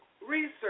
Research